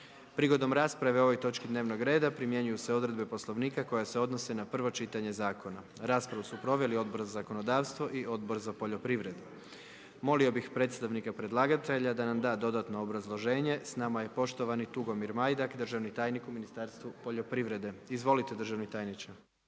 Prigodom rasprave o ovoj točki dnevnog reda primjenjuju se odredbe Poslovnika koje se odnose na prvo čitanje zakona. Raspravu su proveli Odbor za zakonodavstvo i Odbor za poljoprivredu. Molio bih predstavnika predlagatelja da nam da dodatno obrazloženje. S nama je poštovani Tugomir Majdak, državni tajnik u ministarstvu poljoprivrede. Izvolite državni tajniče.